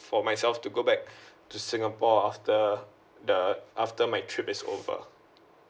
for myself to go back to singapore after the after my trip is over